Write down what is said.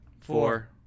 Four